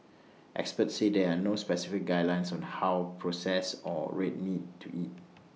experts said there are no specific guidelines on how processed or red meat to eat